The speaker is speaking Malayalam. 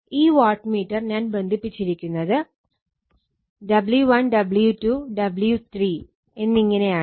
ഈ വാട്ട് മീറ്റർ ഞാൻ ബന്ധിപ്പിച്ചിരിക്കുന്നത് W1 W2 W3 എന്നിങ്ങനെയാണ്